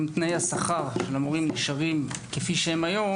תנאי השכר של המורים נשארים כפי שהם היום,